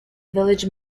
village